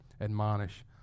admonish